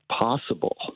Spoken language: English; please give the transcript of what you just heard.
possible